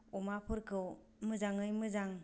अमाफोरखौ मोजाङै मोजां